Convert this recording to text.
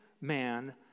man